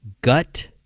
gut